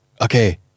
okay